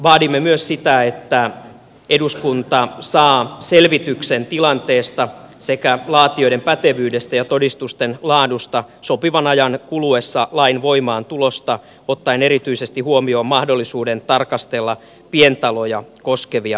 vaadimme myös sitä että eduskunta saa selvityksen tilanteesta sekä laatijoiden pätevyydestä ja todistusten laadusta sopivan ajan kuluessa lain voimaantulosta ottaen erityisesti huomioon mahdollisuuden tarkastella pientaloja koskevia käytäntöjä